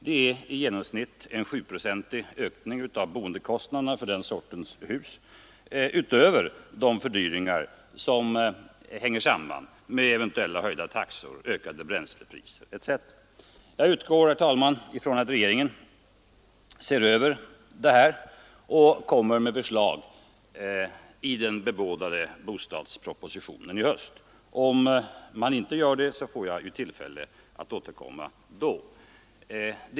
Det är i genomsnitt en 7-procentig ökning av boendekostnaderna för den sortens hus utöver de fördyringar som hänger samman med eventuellt höjda taxor, ökade bränslepriser etc. Jag utgår, herr talman, från att regeringen ser över bestämmelserna och lägger fram förslag i den bebådade bostadspropositionen i höst. Om den inte gör det, får jag väl tillfälle att återkomma då.